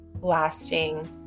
lasting